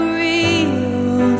real